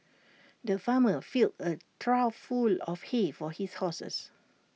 the farmer filled A trough full of hay for his horses